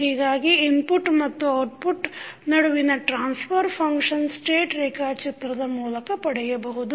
ಹೀಗಾಗಿ ಇನ್ಪುಟ್ ಮತ್ತು ಔಟ್ಪುಟ್ ನಡುವಿನ ಟ್ರಾನ್ಸ್ಫರ್ ಫಂಕ್ಷನ್ ಸ್ಟೇಟ್ ರೇಖಾಚಿತ್ರದ ಮೂಲಕ ಪಡೆಯಬಹುದು